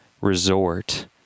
resort